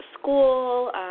school